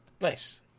Nice